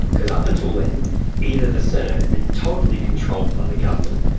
because up until then either the senate had been totally controlled by the government,